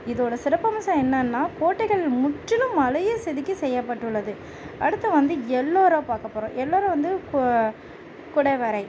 இதோட சிறப்பு அம்சம் என்னென்னா கோட்டைகள் முற்றிலும் மலையை செதுக்கி செய்யப்பட்டுள்ளது அடுத்து வந்து எல்லோரா பார்க்க போகிறோம் எல்லோரா வந்து இப்போது குடை வரை